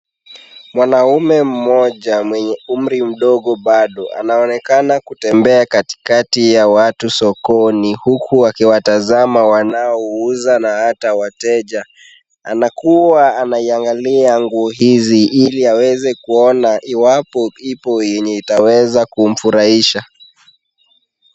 Mwanaume mmoja mwenye umri mdogo bado anaonekana kutembea katikati ya watu sokoni, huku akiwatazama wanaouza na hata wateja. Anakua anayaangalia nguo hizi ili aweze kuona iwapo ipo yenye itaweza kumfurahisha.